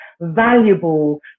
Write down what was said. valuable